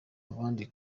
abandi